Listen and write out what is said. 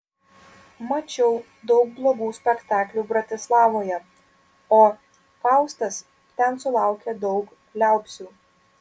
mačiau daug blogų spektaklių bratislavoje o faustas ten sulaukė daug liaupsių